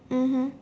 mmhmm